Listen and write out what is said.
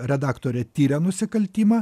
redaktorė tiria nusikaltimą